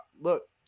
look